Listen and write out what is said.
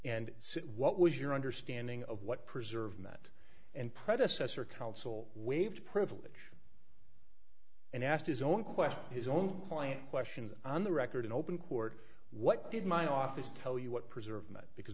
and what was your understanding of what preserved that and predecessor counsel waived privilege and asked his own question his own point question on the record in open court what did my office tell you what preserved because